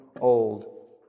old